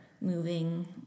moving